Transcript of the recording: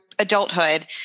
adulthood